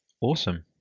Awesome